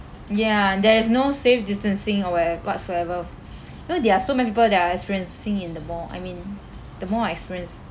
ya there is no safe distancing or wherev~ whatsoever you know there are so many people that I experiencing in the mall I mean the mall I experience